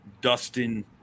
Dustin